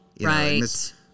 Right